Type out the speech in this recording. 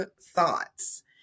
thoughts